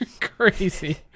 crazy